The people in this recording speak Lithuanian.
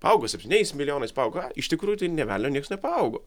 paaugo septyniais milijonais paaugo a iš tikrųjų tai nė velnio nieks nepaaugo